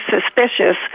suspicious